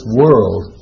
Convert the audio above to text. world